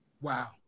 Wow